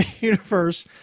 universe